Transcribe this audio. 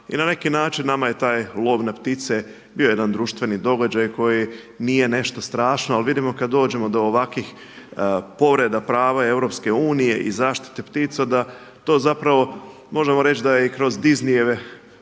I na neki način nama je taj lov na ptice bio jedan društveni događaj koji nije nešto strašno ali vidimo kada dođemo do ovakvih povreda prava Europske Unije i zaštite ptica da to zapravo možemo reći da je i kroz Disneyjeve